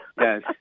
Yes